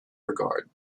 regard